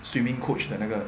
swimming coach 的那个